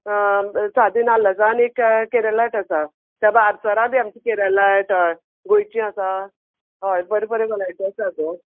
सादे नाल्लाचो आनी एक कॅ केरलायट आसा ते भा आडसरां बी आमचीं केरलायट अय गोंयचीं आसा अय बरे बरे कॉलेटी आसा गो